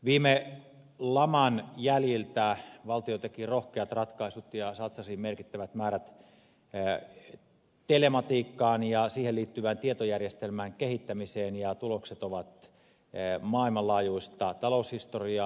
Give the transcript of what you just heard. viime laman jäljiltä valtio teki rohkeat ratkaisut ja satsasi merkittävät määrät telematiikkaan ja siihen liittyvään tietojärjestelmän kehittämiseen ja tulokset ovat maailmanlaajuista taloushistoriaa